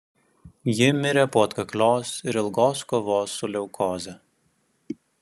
ji mirė po atkaklios ir ilgos kovos su leukoze